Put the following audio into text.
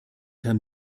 herrn